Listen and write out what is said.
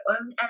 own